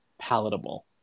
Palatable